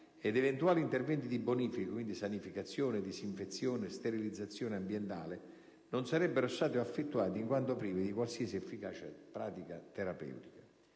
ed eventuali interventi di bonifica (sanificazione, disinfezione, sterilizzazione) ambientale non sarebbero stati effettuati, in quanto privi di qualsiasi efficacia pratica o preventiva.